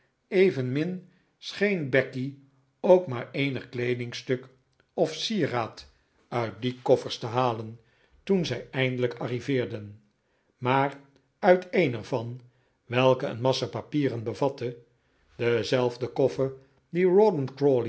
evenmin scheen becky ook maar eenig kleedingstuk of sieraad uit die koffers te halen toen zij eindelijk arriveerden maar uit een er van welke een massa papieren bevatte dezelfde